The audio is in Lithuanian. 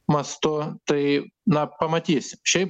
mastu tai na pamatysim šiaip